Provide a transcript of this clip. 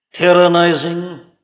tyrannizing